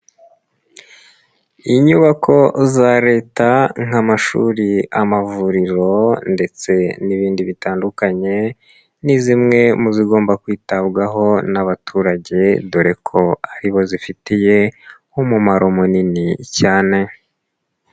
Inyubako za Leta nk'amashuri, amavuriro ndetse n'ibindi bitandukanye ni zimwe mu zigomba kwitabwaho n'abaturage, dore ko ari bo zifitiye umumaro munini cyane.